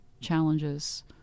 challenges